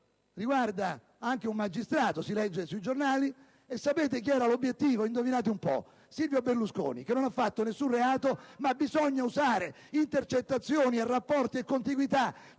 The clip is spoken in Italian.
Trani riguarda anche un magistrato: lo si legge sui giornali. E sapete chi era l'obiettivo? Indovinate un po'? Silvio Berlusconi, che non ha commesso nessun reato, ma bisogna usare intercettazioni, rapporti e contiguità